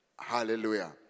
Hallelujah